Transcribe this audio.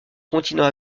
continent